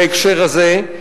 בהקשר הזה,